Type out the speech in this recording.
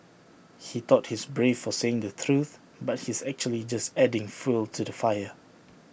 he thought he's brave for saying the truth but he's actually just adding fuel to the fire